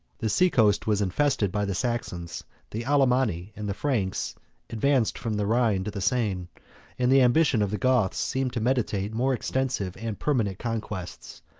the sea-coast was infested by the saxons the alemanni and the franks advanced from the rhine to the seine and the ambition of the goths seemed to meditate more extensive and permanent conquests.